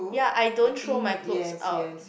ya I don't throw my clothes out